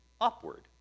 upward